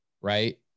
right